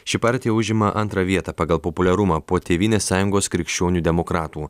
ši partija užima antrą vietą pagal populiarumą po tėvynės sąjungos krikščionių demokratų